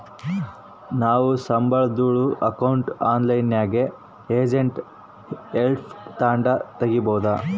ನಾವು ಸಂಬುಳುದ್ ಅಕೌಂಟ್ನ ಆನ್ಲೈನ್ನಾಗೆ ಏಜೆಂಟ್ ಹೆಲ್ಪ್ ತಾಂಡು ತಗೀಬೋದು